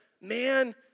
man